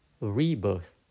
rebirth